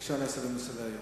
אפשר להסיר מסדר-היום.